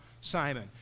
Simon